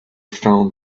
found